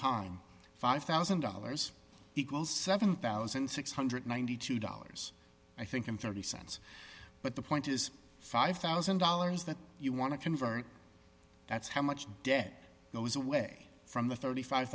time five thousand dollars equals seven thousand six hundred and ninety two dollars i think in zero dollars thirty cents but the point is five thousand dollars that you want to convert that's how much debt goes away from the thirty five